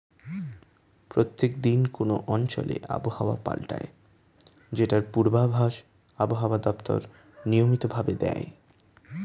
প্রত্যেক দিন কোন অঞ্চলে আবহাওয়া পাল্টায় যেটার পূর্বাভাস আবহাওয়া দপ্তর নিয়মিত ভাবে দেয়